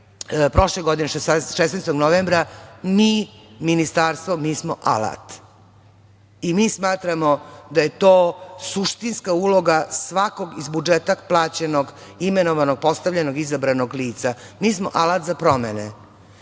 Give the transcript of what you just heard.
prošle godine, 16. novembra, mi, Ministarstvo, mi smo alat. Mi smatramo da je to suštinska uloga svakog iz budžeta plaćenog, imenovanog, postavljenog, izabranog lica. Mi smo alat za promene